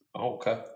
Okay